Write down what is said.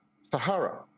Sahara